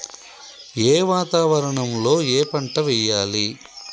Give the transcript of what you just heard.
ఏ వాతావరణం లో ఏ పంట వెయ్యాలి?